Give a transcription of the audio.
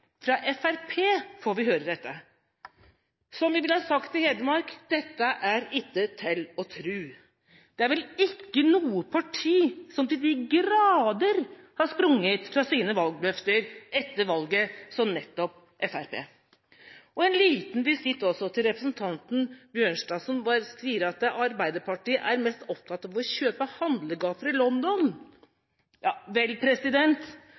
fra valgløfter. Jeg understreker: Fra Fremskrittspartiet får vi høre dette. Som vi ville sagt i Hedmark: Dette er itte tel å tru. Det er vel ikke noe parti som til de grader har sprunget fra sine valgløfter etter valget som nettopp Fremskrittspartiet. En liten visitt også til representanten Bjørnstad, som sier at Arbeiderpartiet er mest opptatt av å kjøpe handlegater i London. Vel,